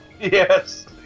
yes